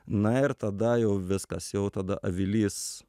na ir tada jau viskas jau tada avilys